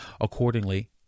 Accordingly